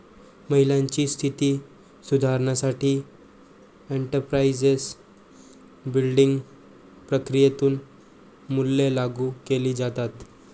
महिलांची स्थिती सुधारण्यासाठी एंटरप्राइझ बिल्डिंग प्रक्रियेतून मूल्ये लागू केली जातात